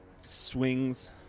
Swings